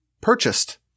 purchased